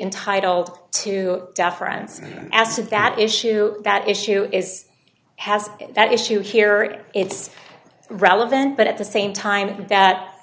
entitled to deference as of that issue that issue is has that issue here it's relevant but at the same time that